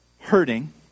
hurting